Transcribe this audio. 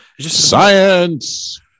Science